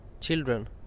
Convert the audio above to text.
children